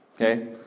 Okay